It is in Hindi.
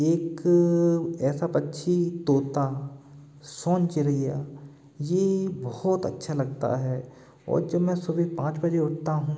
एक अ ऐसा पक्षी तोता सोन चिरैया ये बहुत अच्छा लगता है और जब मैं सुबह पाँच बजे उठता हूँ